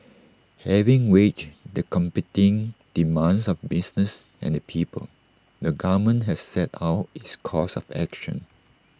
having weighed the competing demands of business and the people the government has set out its course of action